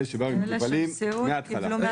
אלה שבאו למטופלים חוסנו כבר בהתחלה.